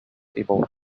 about